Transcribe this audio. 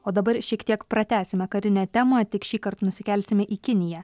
o dabar šiek tiek pratęsime karinę temą tik šįkart nusikelsime į kiniją